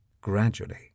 gradually